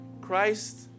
Christ